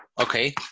Okay